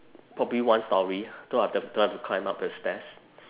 probably one storey so don't have to climb up the stairs